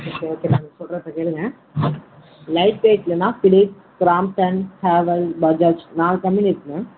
okay okay ma'am சொல்றதை கேளுங்கள் light வெயிட்லன்னா பிலிப்ஸ் க்ராம்ப்டன் ஹேர்வல் பஜாஜ் நாலு கம்பெனி இருக்கு மேம்